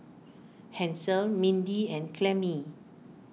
Hansel Mindy and Clemmie